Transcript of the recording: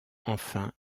enfin